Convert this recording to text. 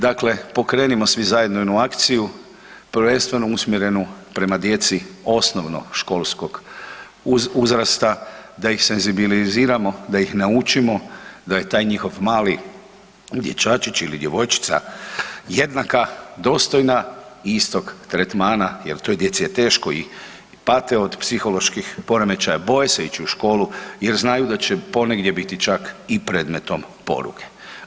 Dakle, pokrenimo svi zajedno jednu akciju prvenstveno usmjerenu prema djeci osnovnoškolskog uzrasta da ih senzibiliziramo, da ih naučimo da je taj njihov mali dječačić ili djevojčica jednaka, dostojna istog tretmana jer toj djeci je teško i pate od psiholoških poremećaja, boje se ići u školu jer znaju da će ponegdje biti čak i predmetom poruge.